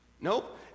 Nope